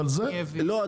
כן.